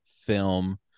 film